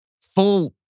full